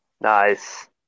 Nice